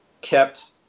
kept